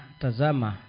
tazama